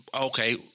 okay